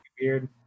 weird